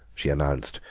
she announced,